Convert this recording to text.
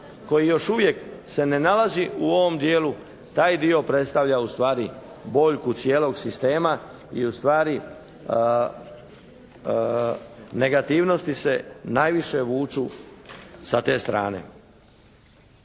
koji još uvijek se ne nalazi u ovom dijelu taj dio predstavlja ustvari boljku cijelog sistema i ustvari negativnosti se najviše vuču sa te strane.